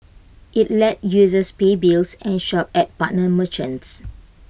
IT lets users pay bills and shop at partner merchants